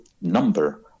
number